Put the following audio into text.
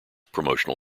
promotional